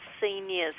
Seniors